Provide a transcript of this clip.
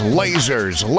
lasers